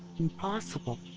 impossible.